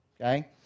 okay